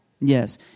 Yes